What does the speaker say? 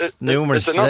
numerous